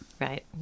Right